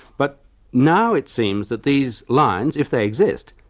but now it seems that these lines, if they exist,